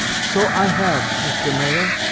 so i have, mister mayer